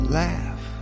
laugh